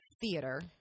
theater